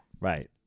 Right